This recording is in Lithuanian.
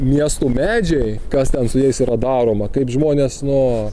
miestų medžiai kas ten su jais yra daroma kaip žmonės nuo